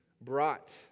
brought